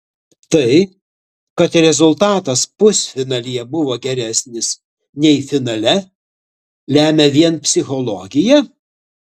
tai kad rezultatas pusfinalyje buvo geresnis nei finale lemia vien psichologija